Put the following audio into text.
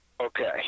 Okay